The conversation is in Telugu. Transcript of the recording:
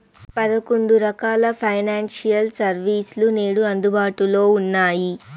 పదకొండు రకాల ఫైనాన్షియల్ సర్వీస్ లు నేడు అందుబాటులో ఉన్నాయి